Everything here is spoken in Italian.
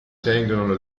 tengono